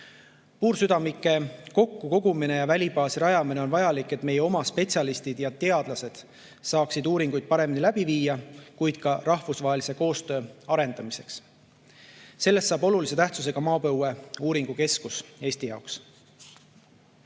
Puursüdamike kokku kogumine ja välibaasi rajamine on vajalik nii selleks, et meie oma spetsialistid ja teadlased saaksid uuringuid paremini läbi viia, kui ka rahvusvahelise koostöö arendamiseks. [Arbaverest] saab olulise tähtsusega maapõueuuringute keskus Eestis.